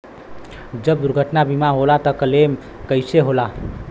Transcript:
जब दुर्घटना बीमा होला त क्लेम कईसे होला?